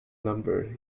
number